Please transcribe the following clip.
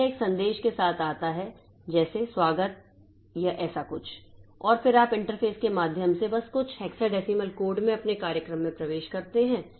तो यह एक संदेश के साथ आता है जैसे स्वागत या ऐसा कुछ और फिर आप इंटरफ़ेस के माध्यम से बस कुछ हेक्साडेसिमल कोड में अपने कार्यक्रम में प्रवेश करते हैं